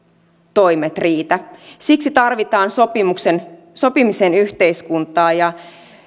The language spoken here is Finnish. toimet riitä siksi tarvitaan sopimisen yhteiskuntaa ja